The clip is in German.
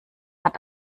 hat